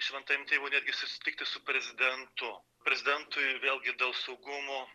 šventajam tėvui netgi susitikti su prezidentu prezidentu ir vėlgi dėl saugumo